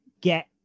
get